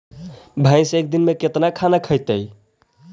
भैंस एक दिन में केतना खाना खैतई?